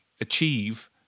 achieve